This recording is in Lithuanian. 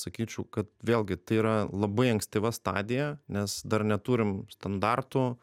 sakyčiau kad vėlgi tai yra labai ankstyva stadija nes dar neturim standartų